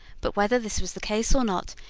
but whether this was the case or not,